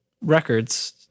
records